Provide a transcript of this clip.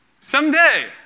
Someday